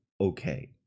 okay